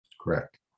Correct